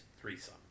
threesome